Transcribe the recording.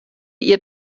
ihr